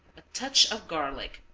a touch of garlic,